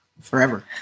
forever